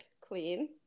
Clean